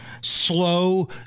slow